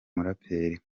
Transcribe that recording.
muraperi